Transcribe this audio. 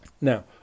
Now